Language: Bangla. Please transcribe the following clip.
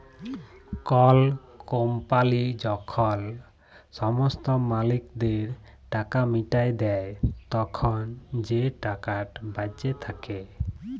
কল কম্পালি যখল সমস্ত মালিকদের টাকা মিটাঁয় দেই, তখল যে টাকাট বাঁচে থ্যাকে